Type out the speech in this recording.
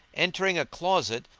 entering a closet,